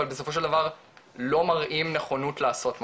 אבל בסופו של דבר לא מראים נכונות לעשות מספיק.